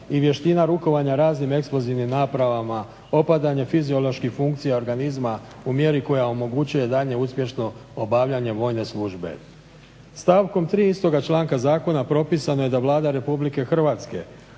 i vještina rukovanja raznih eksplozivnim napravama, opadanje fizioloških funkcija organizma u mjeri koja omogućuje daljnje uspješno obavljanje vojne službe. Stavkom 3. istoga članka zakona propisano je da Vlada Republike Hrvatske